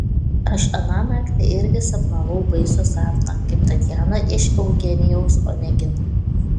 aš aną naktį irgi sapnavau baisų sapną kaip tatjana iš eugenijaus onegino